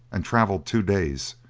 and traveled two days,